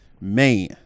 man